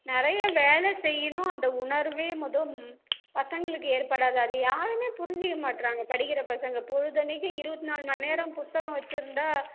நிறைய வேலை செய்யணும் அந்த உணர்வே மொத பசங்களுக்கு ஏற்படாது அது யாருமே புரிஞ்சிக்கமாட்டுறாங்க படிக்கிற பசங்க பொழுதனிக்கி இருபத்தி நாலு மணி நேரமும் புஸ்தகம் வச்சிருந்தால்